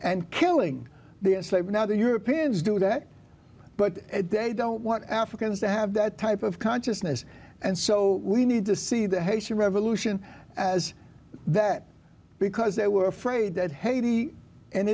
and killing the enslaved now the europeans do that but they don't want africans to have that type of consciousness and so we need to see the haitian revolution as that because they were afraid that haiti and